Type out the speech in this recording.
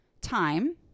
time